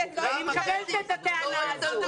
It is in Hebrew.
אני מקבלת את הטענה הזו.